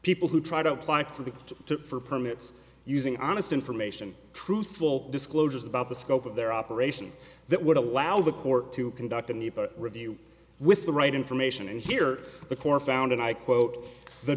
people who try to apply for the to for permits using honest information truthful disclosures about the scope of their operations that would allow the court to conduct in the review with the right information and here the court found and i quote the